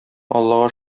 аллага